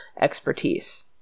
expertise